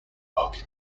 walk